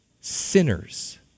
sinners